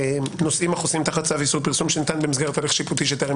בנושאים החוסים תחת צו איסור פרסום שניתן המסגרת הליך שיפוטי שטרם